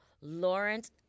Lawrence